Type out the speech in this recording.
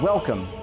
Welcome